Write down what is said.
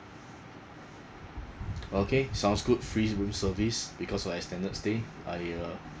okay sounds good free room service because of extended stay I uh